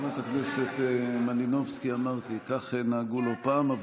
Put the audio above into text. חברת הכנסת מלינובסקי, אמרתי, כך נהגו לא פעם.